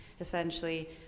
essentially